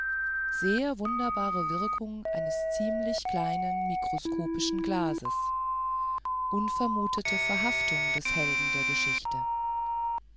sehr wunderbare wirkung eines ziemlich kleinen mikroskopischen glases unvermutete verhaftung des helden der geschichte